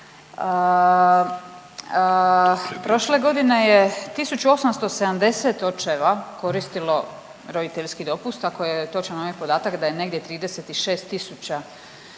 Prošle godine je 1870 očeva koristilo roditeljski dopust, ako je točan onaj podatak da je negdje 36 tisuća,